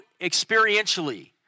experientially